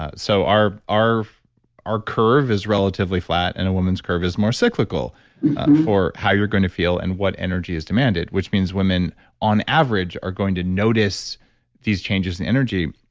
ah so our our curve is relatively flat and a woman's curve is more cyclical for how you're going to feel and what energy is demanded, which means women on average are going to notice these changes in energy